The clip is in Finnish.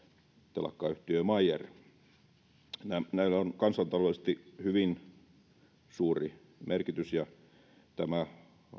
telakkayhtiö meyer näillä on kansantaloudellisesti hyvin suuri merkitys ja tämä